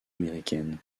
américaine